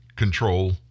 control